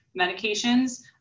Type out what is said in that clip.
medications